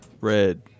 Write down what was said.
red